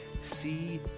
see